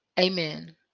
Amen